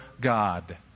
God